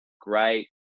great